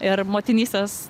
ir motinystės